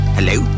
Hello